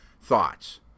Thoughts